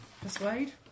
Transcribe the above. Persuade